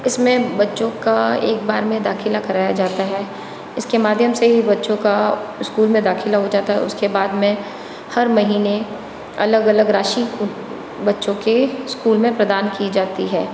इसमें बच्चों का एक बार में दाखिला कराया जाता है इसके माध्यम से ही बच्चों का स्कूल में दाखिला हो जाता है उसके बाद में हर महीने अलग अलग राशि बच्चों के स्कूल में प्रदान की जाती है